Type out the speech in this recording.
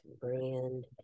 brand